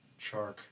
Chark